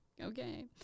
okay